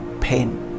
pain